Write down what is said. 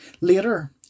Later